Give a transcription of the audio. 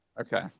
Okay